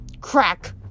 crack